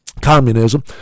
communism